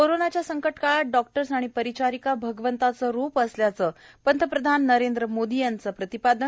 कोरोंनाच्या संकटकाळात डॉक्टर्स आणि परिचारिका भगवंताचं रूप असल्याचं पंतप्रधान नरेंद्र मोदी यांचं प्रतिपादन